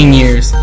years